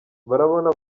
barabona